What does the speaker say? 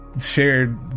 shared